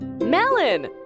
Melon